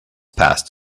passed